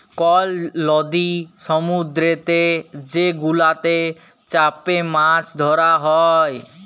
call লদি সমুদ্দুরেতে যে গুলাতে চ্যাপে মাছ ধ্যরা হ্যয়